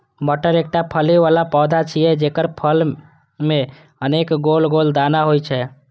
मटर एकटा फली बला पौधा छियै, जेकर फली मे अनेक गोल गोल दाना होइ छै